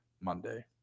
Monday